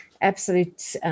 absolute